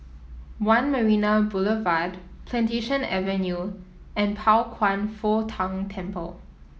One Marina Boulevard Plantation Avenue and Pao Kwan Foh Tang Temple